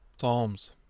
Psalms